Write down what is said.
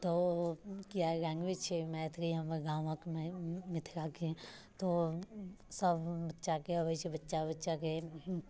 तऽ किआ लैंग्वेज छै मैथिली हमर गाँवक मिथिलाके तऽ सब बच्चाकेँ अबैत छै बच्चा बच्चाके